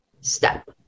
step